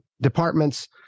departments